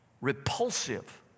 repulsive